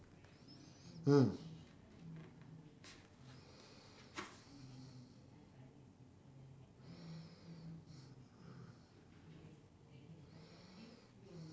mm